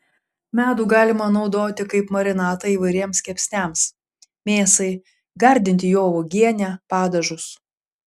medų galima naudoti kaip marinatą įvairiems kepsniams mėsai gardinti juo uogienę padažus